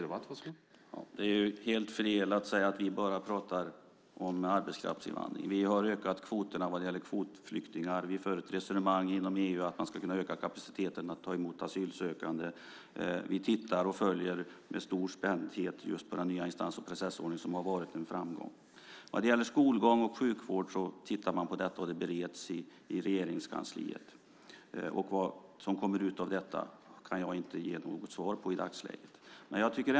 Herr talman! Det är helt fel att säga att vi bara pratar om arbetskraftsinvandring. Vi har ökat kvoterna när det gäller kvotflyktingar. Vi för ett resonemang inom EU om att man ska kunna öka kapaciteten för att ta emot asylsökande. Vi följer med stor spänning den nya instans och processordningen som har varit en framgång. Man tittar på detta med skolgång och sjukvård, och det bereds i Regeringskansliet. Vad som kommer ut av detta kan jag inte ge något svar på i dagsläget.